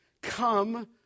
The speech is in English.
come